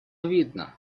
видно